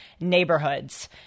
neighborhoods